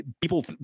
people